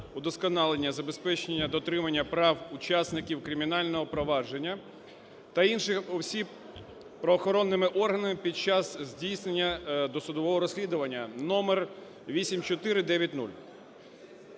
удосконалення забезпечення дотримання прав учасників кримінального провадження та інших осіб правоохоронними органами під час здійснення досудового розслідування (№ 8490).